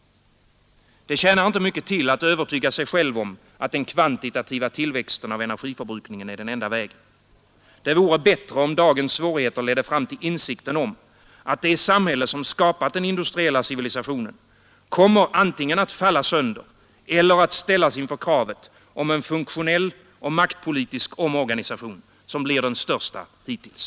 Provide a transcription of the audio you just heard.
Det tjänar inte mycket till att övertyga sig själv om att den kvantitativa tillväxten av energiförbrukningen är den enda vägen. Det vore bättre om dagens svårigheter ledde fram till insikten om att det samhälle, som skapat den industriella civilisationen, kommer att antingen falla sönder eller ställas inför kravet på en funktionell och maktpolitisk omorganisation, som blir den största hittills.